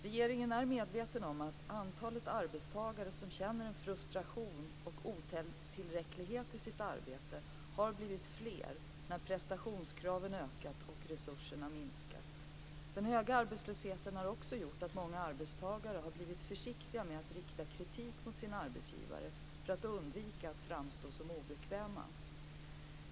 Regeringen är medveten om att antalet arbetstagare som känner en frustration och otillräcklighet i sitt arbete har blivit större när prestationskraven ökat och resurserna minskat. Den höga arbetslösheten har också gjort att många arbetstagare har blivit försiktiga med att rikta kritik mot sin arbetsgivare för att undvika att framstå som obekväma.